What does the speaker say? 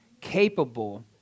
capable